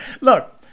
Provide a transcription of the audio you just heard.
Look